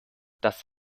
das